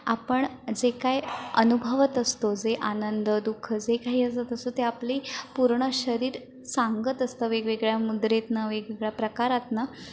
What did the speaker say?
आपण जे काय अनुभवत असतो जे आनंद दुःख जे काही असतं ते आपलं पूर्ण शरीर सांगत असतं वेगवेगळ्या मुद्रेतनं वेगवेगळ्या प्रकारातनं